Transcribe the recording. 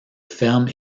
fermes